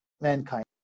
mankind